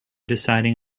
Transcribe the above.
deciding